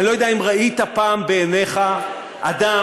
אני לא יודע אם ראית פעם בעיניך אדם